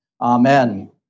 Amen